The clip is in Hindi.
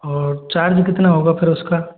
और चार्ज कितना होगा फिर उसका